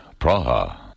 Praha